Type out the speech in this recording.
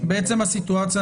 בעצם הסיטואציה,